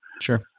Sure